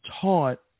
taught